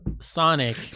Sonic